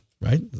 Right